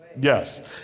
Yes